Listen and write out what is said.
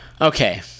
Okay